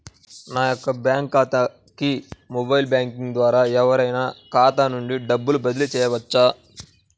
నా యొక్క బ్యాంక్ ఖాతాకి మొబైల్ బ్యాంకింగ్ ద్వారా ఎవరైనా ఖాతా నుండి డబ్బు బదిలీ చేయవచ్చా?